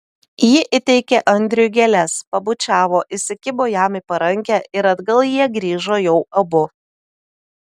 ji įteikė andriui gėles pabučiavo įsikibo jam į parankę ir atgal jie grįžo jau abu